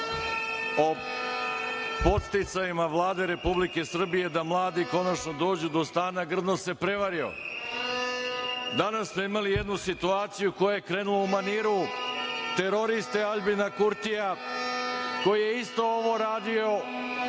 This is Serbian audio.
o podsticajima Vlade Republike Srbije da mladi konačno dođu do stana, grdno se prevario. Danas smo imali jednu situaciju koja je krenula u maniru teroriste Aljbina Kurtija koji je isto ovo radio